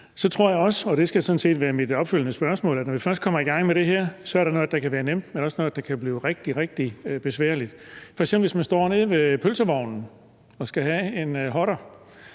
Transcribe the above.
Så tror jeg også – og det skal sådan set være det, mit opfølgende spørgsmål handler om – at når vi først kommer i gang med det her, er der noget af det, der kan være nemt, men der er også noget, der kan blive rigtig, rigtig besværligt. Hvis man f.eks. står nede ved pølsevognen og skal have en hotter,